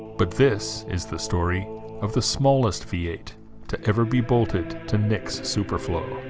but this is the story of the smallest v eight to ever be bolted to nick's superflow